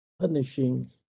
punishing